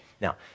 Now